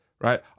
Right